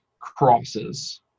crosses